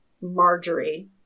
Marjorie